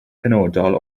penodol